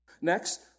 Next